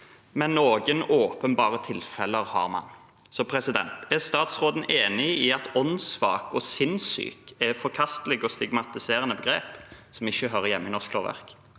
men noen åpenbare tilfeller har vi. Er statsråden enig i at «åndssvak» og «sinnssyk» er forkastelige og stigmatiserende begreper som ikke hører hjemme i norsk lovverk?